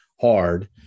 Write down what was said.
hard